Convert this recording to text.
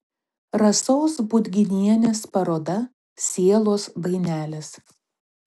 rasos budginienės paroda sielos dainelės